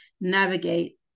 navigate